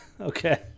okay